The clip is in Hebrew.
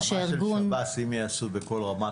ברמה של שב"ס אם יעשו אחראית כזו בכל מחוז,